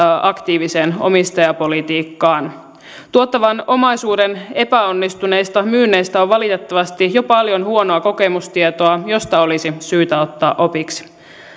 aktiiviseen omistajapolitiikkaan tuottavan omaisuuden epäonnistuneista myynneistä on valitettavasti jo paljon huonoa kokemustietoa josta olisi syytä ottaa opiksi